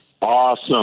Awesome